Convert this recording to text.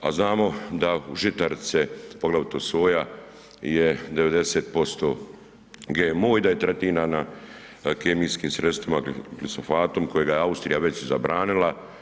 A znamo da žitarice, poglavito soja je 90% GMO i da je tretirana kemijskim sredstvima glifosat kojega je Austrija već zabranila.